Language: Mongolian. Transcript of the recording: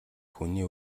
хүний